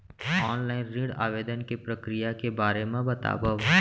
Online ऋण आवेदन के प्रक्रिया के बारे म बतावव?